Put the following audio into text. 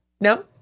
No